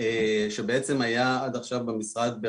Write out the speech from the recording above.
שהיה עד עכשיו במשרד,